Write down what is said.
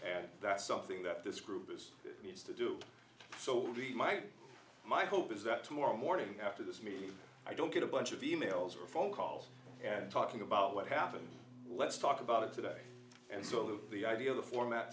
and that's something that this group is the we used to do it so my my hope is that tomorrow morning after this meeting i don't get a bunch of e mails or phone calls and talking about what happened let's talk about it today and so the idea of the format